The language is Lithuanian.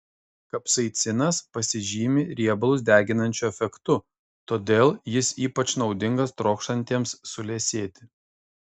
kapsaicinas pasižymi riebalus deginančiu efektu todėl jis ypač naudingas trokštantiems suliesėti